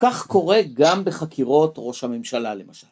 כך קורה גם בחקירות ראש הממשלה למשל.